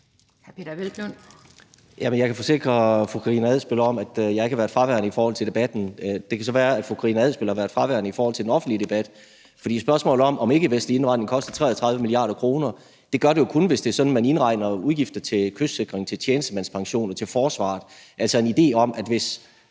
Adsbøl om, at jeg ikke har været fraværende i forhold til debatten. Det kan så være, at fru Karina Adsbøl har været fraværende i forhold til den offentlige debat, for til spørgsmålet om, om ikkevestlig indvandring koster 33 mia. kr., kan man sige, at det gør det jo kun, hvis det er sådan, at man indregner udgifter til kystsikring, til tjenestemandspension og til forsvaret,